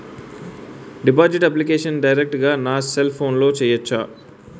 Deposit application direct గా నా cell ఫోన్లో చెయ్యచా?